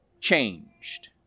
changed